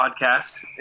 podcast